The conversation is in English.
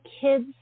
kids